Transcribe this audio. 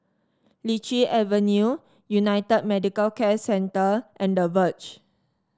Lichi Avenue United Medicare Centre and The Verge